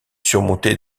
surmonté